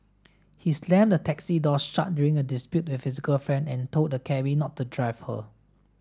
he slammed the taxi door shut during a dispute with his girlfriend and told the cabby not to drive her